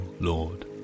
Lord